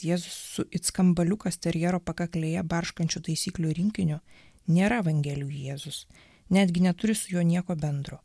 jėzus su it skambaliukas terjero pakaklėje barškančių taisyklių rinkiniu nėra evangelijų jėzus netgi neturi su juo nieko bendro